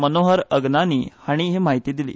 मनोहर अग्नानी हांणी ही म्हायती दिली